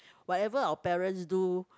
whatever our parents do